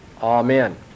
amen